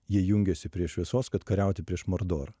jie jungiasi prie šviesos kad kariauti prieš mordorą